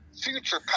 future